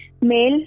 Male